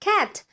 ,Cat